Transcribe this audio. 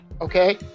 Okay